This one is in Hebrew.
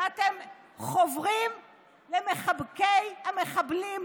ואתם חוברים למחבקי המחבלים,